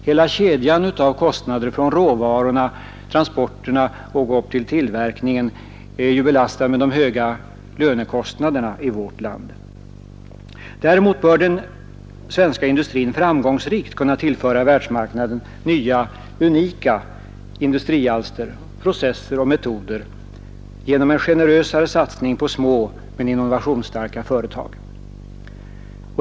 Hela kedjan av kostnader från råvarorna, transporterna och upp till tillverkningen är ju belastad med de höga lönekostnaderna i vårt land. Däremot bör den svenska industrin framgångsrikt kunna tillföra världsmarknaden nya unika industrialster, processer och metoder genom en generösare satsning på små men innovationsstarka företag.